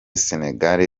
senegal